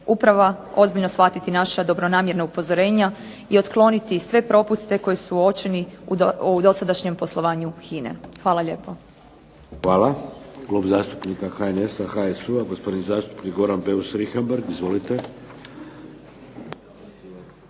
uprava ozbiljno shvatiti naša dobronamjerna upozorenja i otkloniti i sve propuste koji su uočeni u dosadašnjem poslovanju HINA-e. Hvala lijepo.